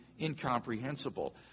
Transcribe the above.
incomprehensible